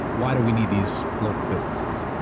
why do we need these local businesses?